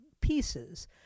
pieces